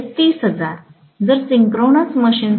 30000 तर सिंक्रोनस मशीनसाठी